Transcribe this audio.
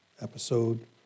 episode